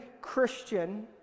Christian